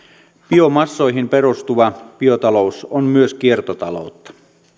biomassoihin perustuva biotalous on myös kiertotaloutta